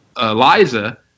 Eliza